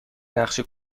نقشه